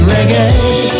Reggae